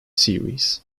series